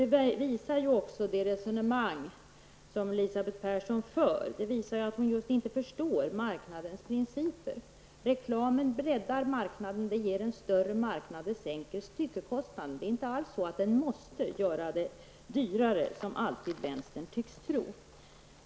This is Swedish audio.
Det visar också det resonemang som Elisabeth Persson för. Det visar att hon just inte för står marknadens principer. Reklamen breddar marknaden, den ger en större marknad. Det sänker styckekostnaden. Det är inte alls så att reklamen måste göra varan dyrare, som vänstern alltid tycks tro.